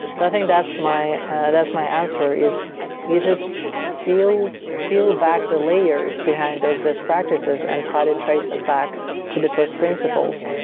and i think that's my that's my answer is you just peel peel back the layers behind those best practices and try to trace them back to the first principles.